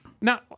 Now